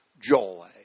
joy